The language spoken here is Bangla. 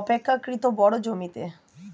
অপেক্ষকৃত বড় জমিতে